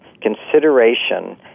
consideration